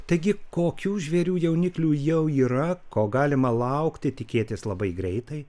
taigi kokių žvėrių jauniklių jau yra ko galima laukti tikėtis labai greitai